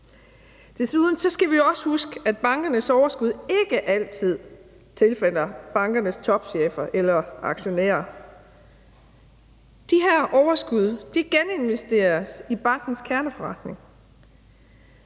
det andet skal vi huske, at bankernes overskud ikke altid tilfalder bankernes topchefer eller aktionærer. De her overskud geninvesteres i bankens kerneforretning.